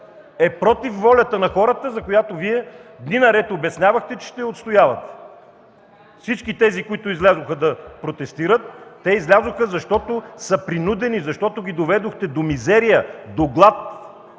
е против волята на хората, за която Вие дни наред обяснявахте, че ще я отстоявате. Всички, които излязоха да протестират, излязоха, защото са принудени, защото ги доведохте до мизерия, до глад!